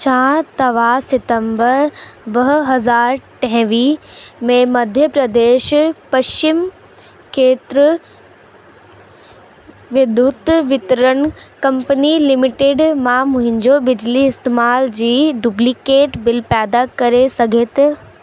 छा तव्हां सितंबर ॿ हज़ार टेवीह में मध्य प्रदेश पश्चिम खेत्र विद्युत वितरण कम्पनी लिमिटेड मां मुंहिंजो बिजली इस्तेमाल जी डुब्लीकेट बिल पैदा करे सघे थी